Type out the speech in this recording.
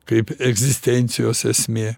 kaip egzistencijos esmė